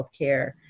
healthcare